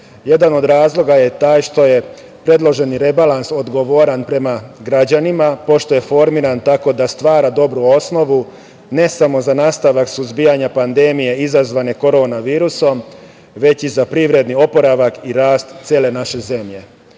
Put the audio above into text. od razloga je taj što je predloženi rebalans odgovoran prema građanima, pošto je formiran tako da stvara dobu osnovu ne samo za nastavak suzbijanja pandemije izazvane korona virusom, već i za privredni oporavak i rast cele naše zemlje.